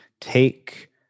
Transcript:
take